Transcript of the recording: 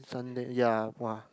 Sunday ya !wah!